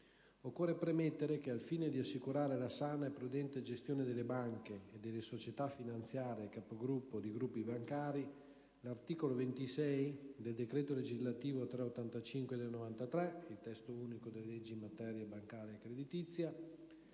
occorre premettere che, al fine di assicurare la sana e prudente gestione delle banche e delle società finanziarie capogruppo di gruppi bancari, l'articolo 26 del decreto legislativo 1° settembre 1993, n. 385 (Testo unico delle leggi in materia bancaria e creditizia)